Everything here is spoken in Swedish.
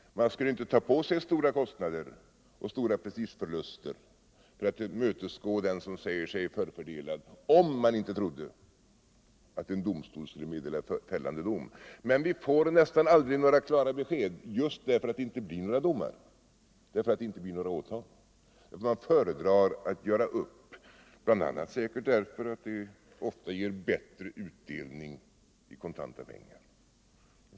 Man skulle inte ta på sig stora kostnader och stora prestigeförluster för att tillmötesgå någon som säger sig vara förfördelad om man inte trodde att en domstol skulle meddela fällande dom. Men vi får nästan aldrig några klara besked just därför att det inte blir några domar, därför att det inte blir några åtal. Man föredrar att göra upp, bl.a. säkert därför att det ger bättre utdelning i kontanta pengar.